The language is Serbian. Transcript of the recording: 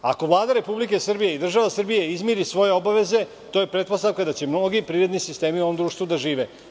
Ako Vlada Republike Srbije i država Srbija izmiri svoje obaveze, to je pretpostavka da će mnogi privredni sistemi u ovom društvu da žive.